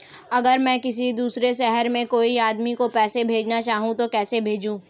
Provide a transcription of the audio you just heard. अगर मैं किसी दूसरे शहर में कोई आदमी को पैसे भेजना चाहूँ तो कैसे भेजूँ?